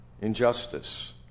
injustice